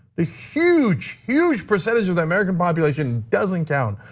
the huge, huge percentage of the american population doesn't count.